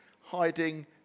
hiding